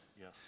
Yes